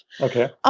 Okay